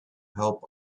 help